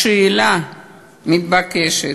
השאלה המתבקשת: